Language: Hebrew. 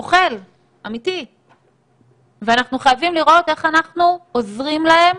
אנחנו חייבים לראות איך עוזרים להם